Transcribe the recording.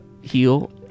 heal